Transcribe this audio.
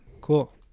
Cool